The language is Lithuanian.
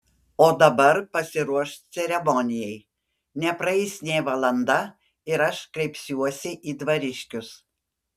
o dabar pasiruošk ceremonijai nepraeis nė valanda ir aš kreipsiuosi į dvariškius